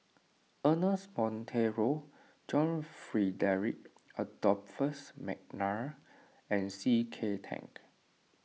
Ernest Monteiro John Frederick Adolphus McNair and C K Tang